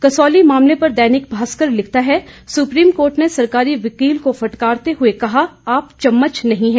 कसौली मामले पर दैनिक भास्कर लिखता है सुप्रीम कोर्ट ने सरकारी वकील को फटकारते हुए कहा आप चम्मच नहीं हैं